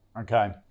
Okay